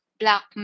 black